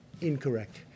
incorrect